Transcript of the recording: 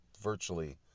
virtually